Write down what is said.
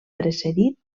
precedit